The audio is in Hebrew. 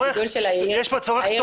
העיר.